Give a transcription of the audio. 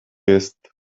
jest